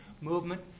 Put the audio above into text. movement